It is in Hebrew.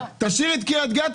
תשאירי את קריית גת,